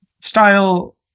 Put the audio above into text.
style